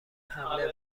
حمله